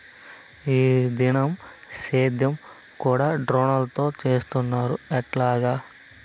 ఈ దినం సేద్యం కూడ డ్రోన్లతో చేస్తున్నారు ఎట్టాగా